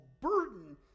burden